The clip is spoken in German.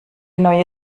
neue